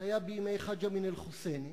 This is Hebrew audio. היה בימי חאג' אמין אל-חוסייני,